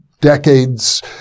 decades